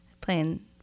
playing